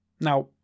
Now